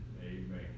Amen